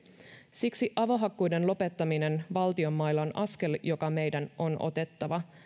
siksi avohakkuiden lopettaminen valtion mailla on askel joka meidän on otettava